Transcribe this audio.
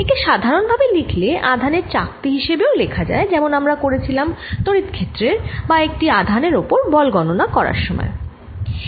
একে সাধারন ভাবে লিখলে আধানের চাকতি হিসেবেও লেখা যায় যেমন আমরা করেছিলাম তড়িৎ ক্ষেত্রের বা একটি আধানের ওপর বল গণনার বেলায়